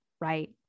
right